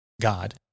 God